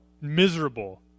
miserable